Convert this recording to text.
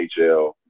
NHL